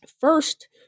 First